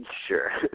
Sure